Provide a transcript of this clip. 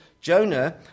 Jonah